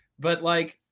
but like,